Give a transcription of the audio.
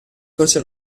croce